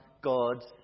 god's